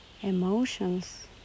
emotions